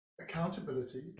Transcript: accountability